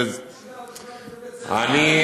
את זה --- השאלה הראשונה לגבי בתי ספר --- תשמע,